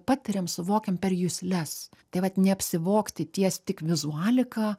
patiriam suvokiam per jusles tai vat neapsivogti ties tik vizualika